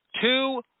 Two